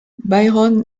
byron